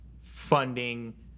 funding